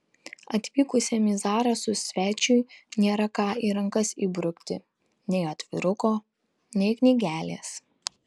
atvykusiam į zarasus svečiui nėra ką į rankas įbrukti nei atviruko nei knygelės